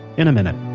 in a minute,